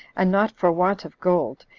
and not for want of gold,